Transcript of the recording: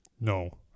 No